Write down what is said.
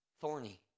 thorny